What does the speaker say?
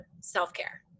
self-care